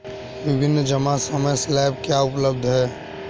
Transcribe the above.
विभिन्न जमा समय स्लैब क्या उपलब्ध हैं?